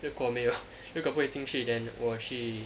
如果没有 如果不可以进去 then 我去